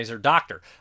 Doctor